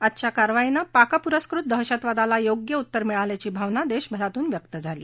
आजच्या कारवाईने पाकपुरस्कृत दहशतवादाला योग्य उत्तर मिळाल्याची भावना देशभरातून व्यक्त झाल्या